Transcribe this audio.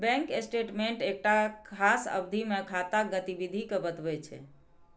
bank statement एकटा खास अवधि मे खाताक गतिविधि कें बतबै छै